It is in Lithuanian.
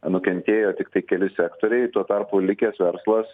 nukentėjo tiktai keli sektoriai tuo tarpu likęs verslas